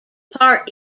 part